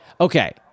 Okay